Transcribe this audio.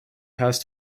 has